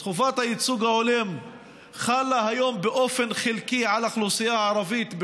אז חובת הייצוג ההולם חלה היום באופן חלקי על האוכלוסייה הערבית,